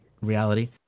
reality